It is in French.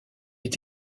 est